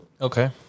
Okay